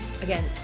again